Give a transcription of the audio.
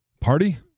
Party